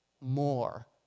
more